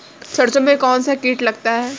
सरसों में कौनसा कीट लगता है?